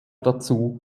dazu